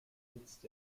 nützt